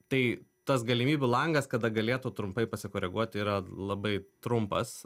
tai tas galimybių langas kada galėtų trumpai pasikoreguoti yra labai trumpas